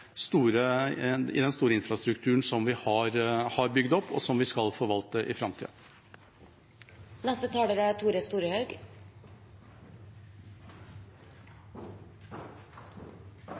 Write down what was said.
store infrastrukturen vi har bygd opp, og som vi skal forvalte i framtida. Kravet om eit funksjonelt skilje er